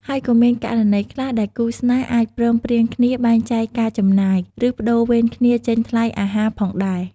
ហើយក៏មានករណីខ្លះដែលគូស្នេហ៍អាចព្រមព្រៀងគ្នាបែងចែកការចំណាយ ឬប្តូរវេនគ្នាចេញថ្លៃអាហារផងដែរ។